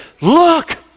look